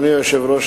אדוני היושב-ראש,